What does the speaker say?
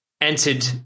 entered